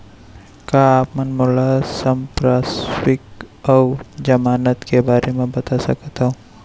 का आप मन मोला संपार्श्र्विक अऊ जमानत के बारे म बता सकथव?